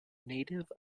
native